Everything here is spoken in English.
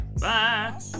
Bye